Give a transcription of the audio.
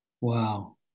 Wow